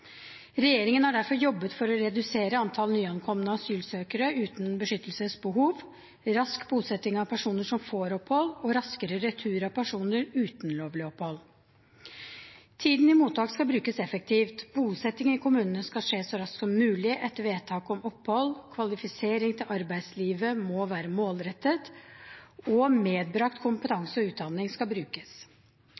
Regjeringen har derfor jobbet for å redusere antall nyankomne asylsøkere uten beskyttelsesbehov, for rask bosetting av personer som får opphold, og for raskere retur av personer uten lovlig opphold. Tiden i mottak skal brukes effektivt, bosetting i kommunene skal skje så raskt som mulig etter vedtak om opphold, kvalifisering til arbeidslivet må være målrettet, og medbrakt